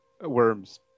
worms